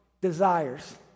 desires